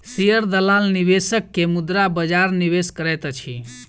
share दलाल निवेशक के मुद्रा बजार निवेश करैत अछि